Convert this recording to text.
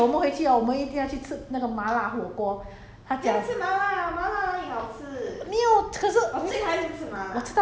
the 这个时我们很久没有一起吃饭 leh 我们 miss 一起吃饭我就跟他讲 !haiyo! 我们回去 hor 我们一定要去吃那个麻辣火锅她讲